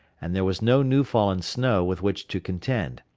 and there was no new-fallen snow with which to contend.